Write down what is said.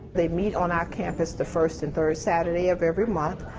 they meet on our campus the first and third saturday of every month.